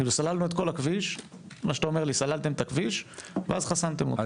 כאילו אתה אומר לי: סללתם את הכביש ואז חסמתם אותו.